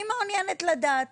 אני מעוניית לדעת